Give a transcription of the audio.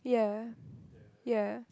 yeah yeah